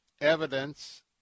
evidence